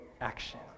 action